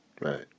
right